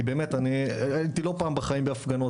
כי אני הייתי לא פעם בחיים בהפגנות.